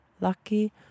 lucky